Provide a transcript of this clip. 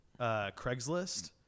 Craigslist